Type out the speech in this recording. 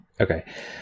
Okay